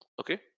Okay